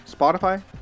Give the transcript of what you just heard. Spotify